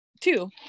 Two